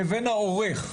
לבין העורך,